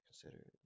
consider